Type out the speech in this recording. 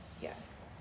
Yes